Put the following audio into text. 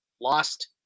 Lost